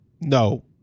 no